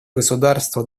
государства